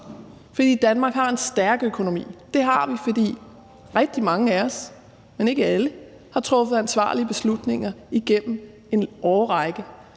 fordi Danmark har en stærk økonomi. Det har vi, fordi rigtig mange af os – men ikke alle – har truffet ansvarlige beslutninger igennem en årrække,